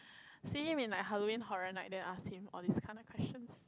see him in my Halloween Horror Night then ask him all this kind of questions